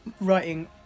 writing